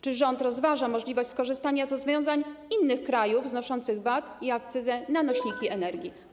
Czy rząd rozważa możliwość skorzystania z rozwiązań innych krajów znoszących VAT i akcyzę na nośniki energii?